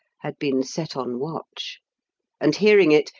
had been set on watch and, hearing it,